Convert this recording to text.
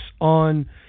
on